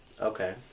Okay